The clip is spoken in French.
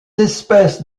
espèces